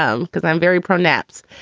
um because i'm very pro naps.